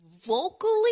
vocally